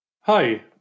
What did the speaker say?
Hi